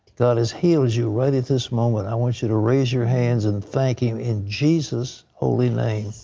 god has healed you right at this moment. i want you to raise your hands and thank him in jesus' holy name.